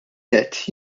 nett